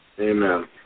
amen